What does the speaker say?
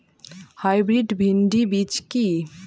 Hybrid ভীন্ডি বীজ কি?